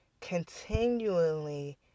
continually